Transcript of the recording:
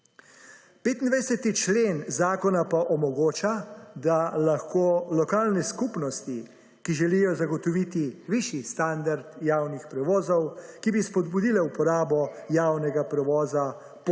25. člen zakona pa omogoča, da lahko lokalne skupnosti, ki želijo zagotoviti višji standard javnih prevozov, ki bi spodbudile uporabo javnega prevoza